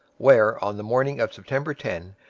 where, on the morning of september ten,